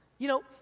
you know?